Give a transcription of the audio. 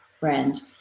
brand